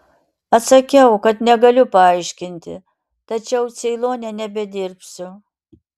atsakiau kad negaliu paaiškinti tačiau ceilone nebedirbsiu